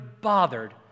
bothered